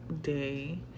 day